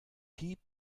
piep